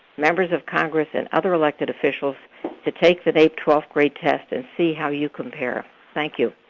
members of congress, and other elected officials to take the naep twelfth grade test and see how you compare. thank you.